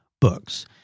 books